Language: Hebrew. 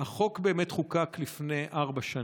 החוק חוקק לפני ארבע שנים.